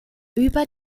über